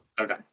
Okay